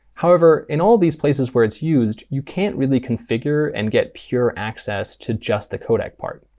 however, in all of these places where it's used, you can't really configure and get pure access to just the codec part.